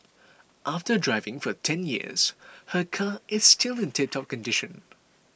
after driving for ten years her car is still in tiptop condition